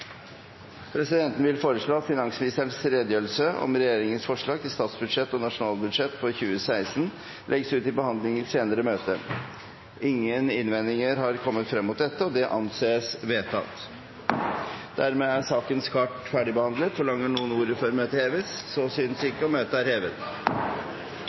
Presidenten vil foreslå at finansministerens redegjørelse om regjeringens forslag til statsbudsjett og om nasjonalbudsjettet for 2017 legges ut til behandling i et senere møte. – Ingen innvendinger har fremkommet mot dette, og det anses vedtatt. Dermed er dagens kart ferdigbehandlet. Forlanger noen ordet før møtet heves? – Så synes